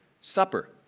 Supper